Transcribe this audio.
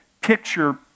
picture